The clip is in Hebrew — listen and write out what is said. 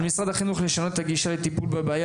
על משרד החינוך לשנות את הגישה לטיפול בבעיה.